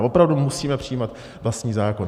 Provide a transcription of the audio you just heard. Opravdu musíme přijímat vlastní zákon?